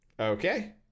Okay